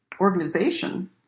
organization